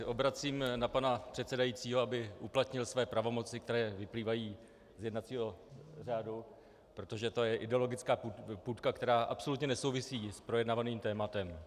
Obracím se na pana předsedajícího, aby uplatnil své pravomoci, které vyplývají z jednacího řádu, protože to je ideologická půtka, která absolutně nesouvisí s projednávaným tématem.